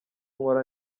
nkora